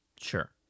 Sure